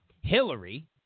Hillary